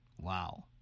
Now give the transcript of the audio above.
wow